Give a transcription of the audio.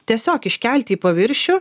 tiesiog iškelti į paviršių